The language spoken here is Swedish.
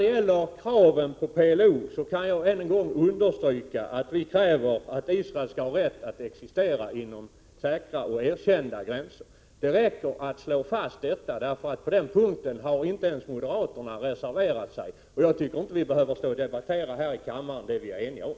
Vad gäller frågan om kraven på PLO vill jag än en gång understryka att vi kräver att Israel skall ha rätt att existera inom säkra och erkända gränser. Det räcker med att slå fast detta. På den punkten har inte ens moderaterna reserverat sig. Jag tycker inte att vi här i kammaren behöver diskutera det vi är eniga om.